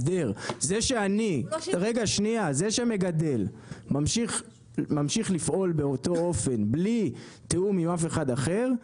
זה שמגדל ממשיך לפעול באותו אופן בלי תיאום עם אף אחד אחר,